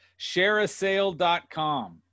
shareasale.com